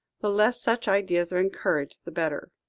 the less such ideas are encouraged, the better.